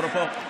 אפרופו,